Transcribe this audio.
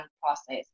process